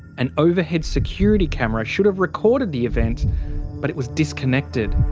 an overhead security camera should have recorded the event but it was disconnected.